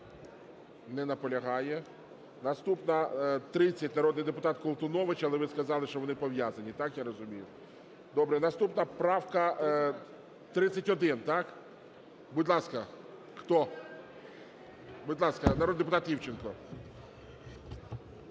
Не наполягає. Наступна – 30, народний депутат Колтунович. Але ви сказали, що вони пов’язані. Так я розумію? Добре. Наступна правка 31. Так? Будь ласка, хто? Будь ласка, народний депутат Івченко.